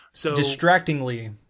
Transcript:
Distractingly